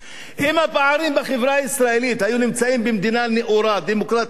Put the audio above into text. אם הפערים בחברה הישראלית היו נמצאים במדינה נאורה דמוקרטית אחרת,